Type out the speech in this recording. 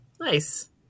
Nice